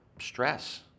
stress